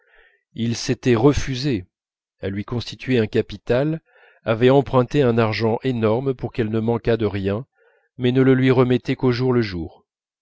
il s'était refusé à lui constituer un capital avait emprunté un argent énorme pour qu'elle ne manquât de rien mais ne le lui remettait qu'au jour le jour